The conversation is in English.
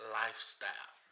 lifestyle